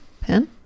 pen